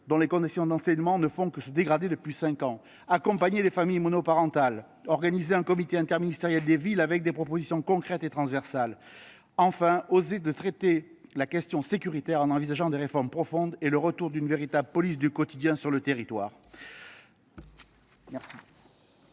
où les conditions d’enseignement ne font que se dégrader depuis cinq ans ; accompagner les familles monoparentales ; organiser un comité interministériel des villes et formuler des propositions concrètes et transversales ; enfin, oser traiter la question sécuritaire en envisageant des réformes profondes et le retour d’une véritable police du quotidien sur tout le territoire.